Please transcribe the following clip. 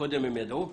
וקודם הם ידעו?